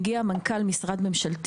והגיע מנכ״ל של משרד ממשלתי.